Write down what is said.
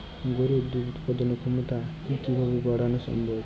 গরুর দুধ উৎপাদনের ক্ষমতা কি কি ভাবে বাড়ানো সম্ভব?